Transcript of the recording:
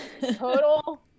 total